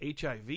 HIV